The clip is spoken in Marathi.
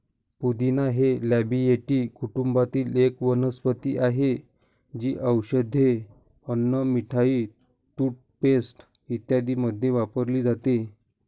पुदिना हे लॅबिएटी कुटुंबातील एक वनस्पती आहे, जी औषधे, अन्न, मिठाई, टूथपेस्ट इत्यादींमध्ये वापरली जाते